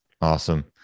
Awesome